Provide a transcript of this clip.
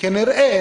כנראה